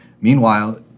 Meanwhile